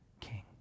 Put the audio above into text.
King